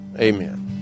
amen